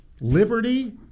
Liberty